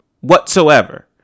whatsoever